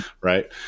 right